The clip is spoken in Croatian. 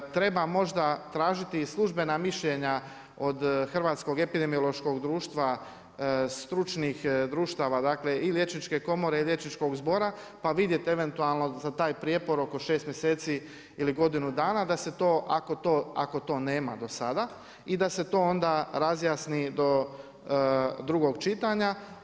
Treba možda tražiti i službena mišljenja od Hrvatskog epidemiološkog društva stručnih društava dakle i liječničke komore i liječničkog zbora pa vidjeti eventualno za taj prijepor oko 6 mjeseci ili godinu dana da se to ako to nema do sada i da se to onda razjasni do drugog čitanja.